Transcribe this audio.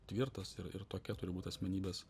tvirtas ir ir tokia turi būt asmenybės